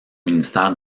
ministère